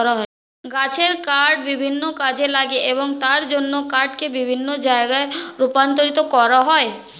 গাছের কাঠ বিভিন্ন কাজে লাগে এবং তার জন্য কাঠকে বিভিন্ন জায়গায় রপ্তানি করা হয়